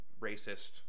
racist